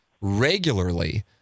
regularly